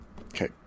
Okay